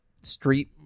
street